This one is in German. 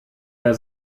der